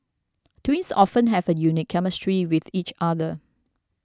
twins often have a unique chemistry with each other